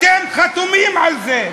אתם חתומים על זה,